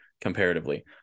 comparatively